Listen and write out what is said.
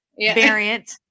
variant